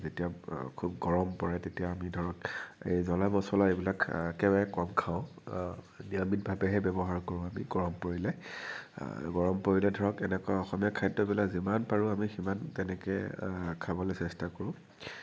যেতিয়া খুব গৰম পৰে তেতিয়া আমি ধৰক এই জলা মছলা এইবিলাকে একেবাৰে কম খাওঁ নিৰামিষভাবেহে ব্য়ৱহাৰ কৰোঁ আমি গৰম পৰিলে গৰম পৰিলে ধৰক এনেকুৱা অসমীয়া খাদ্য়বিলাক যিমান পাৰোঁ আমি সিমান তেনেকৈ খাবলৈ চেষ্টা কৰোঁ